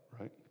right